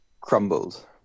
crumbled